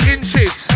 Inches